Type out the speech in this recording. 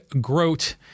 Grote